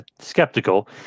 skeptical